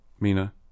Mina